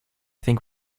think